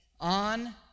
on